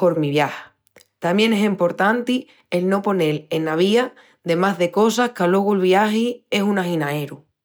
hormi viaja. Tamién es emportanti el no ponel ena vía de más de cosas qu'alogu el viagi es un aginaeru.